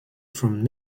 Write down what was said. from